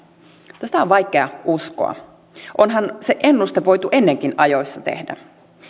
mutta sitä on vaikea uskoa onhan se ennuste voitu ennenkin ajoissa tehdä